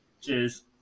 Cheers